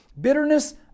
bitterness